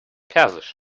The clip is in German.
persisch